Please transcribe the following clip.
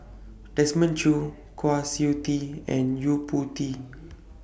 Desmond Choo Kwa Siew Tee and Yo Po Tee